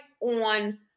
on